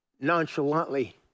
nonchalantly